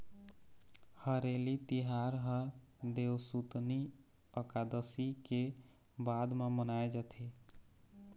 हरेली तिहार ह देवसुतनी अकादसी के बाद म मनाए जाथे